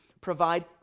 provide